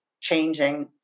changing